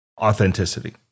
authenticity